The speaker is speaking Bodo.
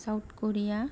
साउद करिया